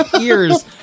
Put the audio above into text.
ears